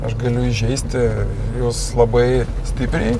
aš galiu įžeisti jus labai stipriai